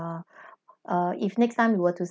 uh err if next time we were to s~